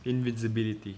invisibility